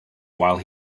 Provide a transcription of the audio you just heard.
while